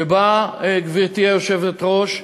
שבה, גברתי היושבת-ראש,